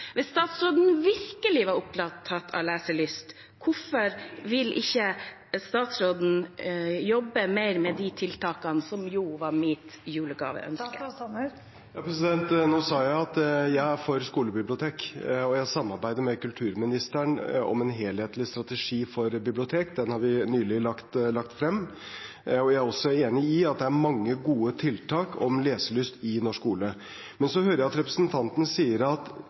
Hvis statsråden virkelig er opptatt av leselyst, hvorfor vil ikke statsråden jobbe mer med de tiltakene som var mitt julegaveønske? Nå sa jeg at jeg er for skolebibliotek, og jeg samarbeider med kulturministeren om en helhetlig strategi for bibliotek. Den har vi nylig lagt frem. Jeg er også enig i at det er mange gode tiltak om leselyst i norsk skole. Men så hører jeg at representanten sier at